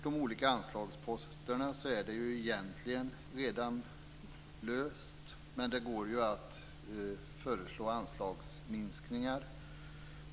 De olika anslagsposterna är egentligen redan satta. Men det går att föreslå anslagsminskningar.